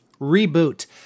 reboot